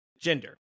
Gender